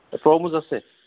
তৰমুজ আছে